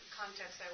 context